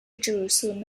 jerusalem